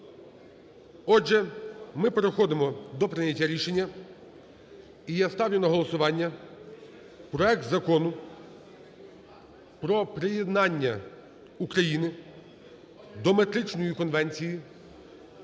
Отже, ми переходимо до прийняття рішення. І я ставлю на голосування проект Закону про приєднання України до Метричної конвенції